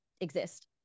exist